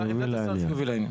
חיובי לעניין